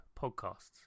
podcasts